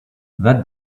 that